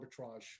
arbitrage